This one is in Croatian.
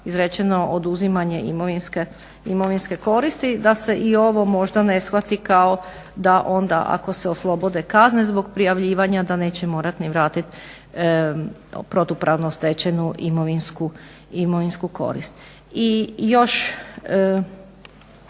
izrečeno oduzimanje imovinske koristi da se i ovo možda ne shvati kao da onda ako se oslobode kazne zbog prijavljivanja da neće morat ni vratiti protupravno stečenu imovinsku korist. I još